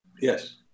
Yes